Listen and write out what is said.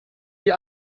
die